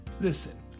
Listen